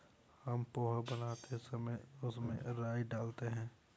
हम पोहा बनाते समय उसमें राई डालते हैं